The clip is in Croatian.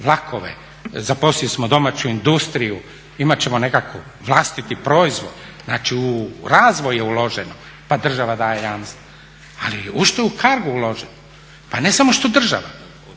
vlakove, zaposlili smo domaću industriju imat ćemo nekakav vlastiti proizvod, znači u razvoj je uloženo pa država daje jamstava. Ali u što je u Cargo uloženo? Pa ne samo što država,